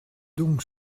donc